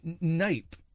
nape